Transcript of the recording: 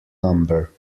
number